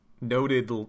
Noted